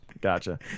Gotcha